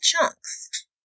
chunks